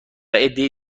عدهای